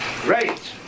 Great